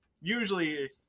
Usually